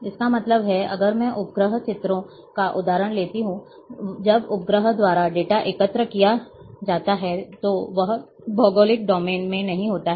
इसका मतलब है अगर मैं उपग्रह चित्रों का उदाहरण लेता हूं जब उपग्रह द्वारा डेटा एकत्र किया जाता है तो वह भौगोलिक डोमेन में नहीं होता है